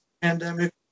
pandemic